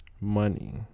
Money